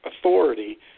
authority